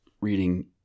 reading